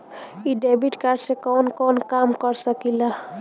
इ debit card से कवन कवन काम कर सकिला?